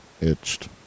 itched